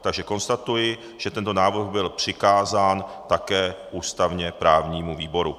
Takže konstatuji, že tento návrh byl přikázán také ústavněprávnímu výboru.